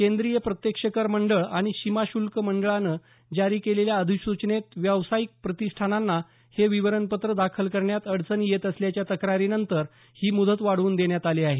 केंद्रीय प्रत्यक्ष कर मंडळ आणि सीमा शुल्क मंडळानं जारी केलेल्या अधिसूचनेत व्यावसायिक प्रतिष्ठानांना हे विवरणपत्र दाखल करण्यात अडचणी येत असल्याच्या तक्रारी नंतर ही मुदत वाढवून देण्यात आली आहे